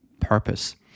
purpose